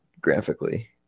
Graphically